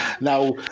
now